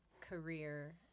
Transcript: career